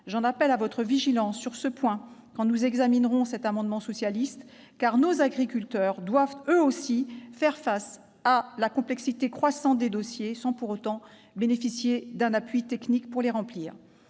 J'en appelle à votre vigilance quand nous examinerons cet amendement, car nos agriculteurs doivent eux aussi faire face à la complexité croissante des dossiers sans pour autant bénéficier d'un appui technique pour les remplir.